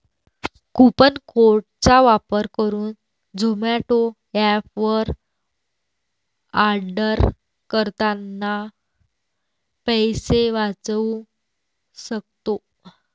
coupon code चा वापर करुन झोमाटो एप वर आर्डर करतांना पैसे वाचउ सक्तो